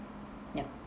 yup